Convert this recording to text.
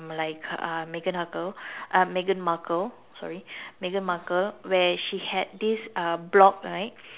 meg~ uh Megan Harkle uh Megan Markle sorry Megan Markle where she has this blog right